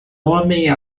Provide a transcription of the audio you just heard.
homem